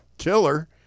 killer